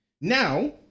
Now